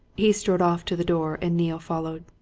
he strode off to the door and neale followed.